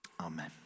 Amen